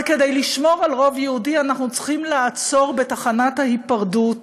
אבל כדי לשמור על רוב יהודי אנחנו צריכים לעצור בתחנת ההיפרדות